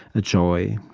a joy,